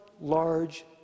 large